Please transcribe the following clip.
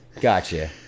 Gotcha